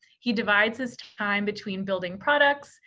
he divides his time between building products,